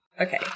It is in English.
Okay